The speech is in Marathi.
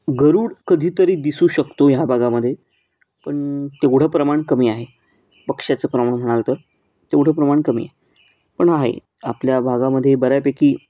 गरूड कधीतरी दिसू शकतो ह्या भागामध्ये पण तेवढं प्रमाण कमी आहे पक्ष्याचं प्रमाण म्हणाल तर तेवढं प्रमाण कमी आहे पण आहे आपल्या भागामध्ये बऱ्यापैकी